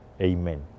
Amen